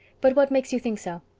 but what makes you think so?